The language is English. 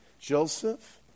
Joseph